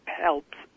helps